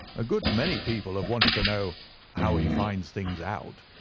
a good many people have wanted to know how he finds things out.